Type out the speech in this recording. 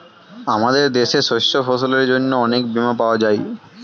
আমাদের দেশে শস্য ফসলের জন্য অনেক বীমা পাওয়া যায়